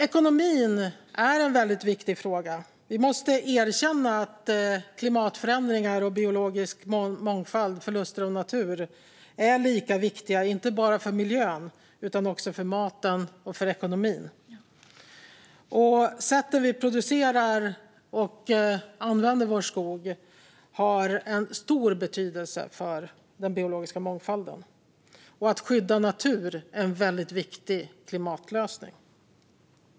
Ekonomin är en väldigt viktig fråga. Vi måste erkänna att klimatförändringar, biologisk mångfald och förluster av natur är lika viktiga, inte bara för miljön utan också för maten och för ekonomin. Sättet vi producerar och använder vår skog på har stor betydelse för den biologiska mångfalden. Att skydda natur är en väldigt viktig klimatlösning.